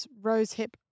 rosehip